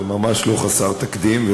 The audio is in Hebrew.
זה ממש לא חסר תקדים,